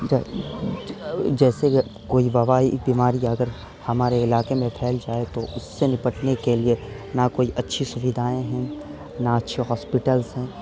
جیسے کہ کوئی وبائی بیماری اگر ہمارے علاقے میں پھیل جائے تو اس سے نپٹنے کے لیے نا کوئی اچھی سویدھائیں ہیں نہ اچھے ہاسپٹلس ہیں